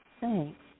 Thanks